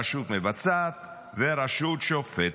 רשות מבצעת ורשות שופטת.